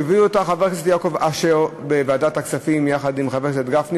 שהביא חבר הכנסת יעקב אשר בוועדת הכספים יחד עם חבר הכנסת גפני,